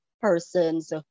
persons